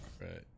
Right